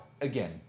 again